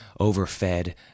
overfed